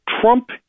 Trump